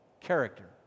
character